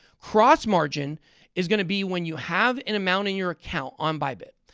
cross margin is going to be when you have an amount in your account on bybit,